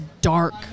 dark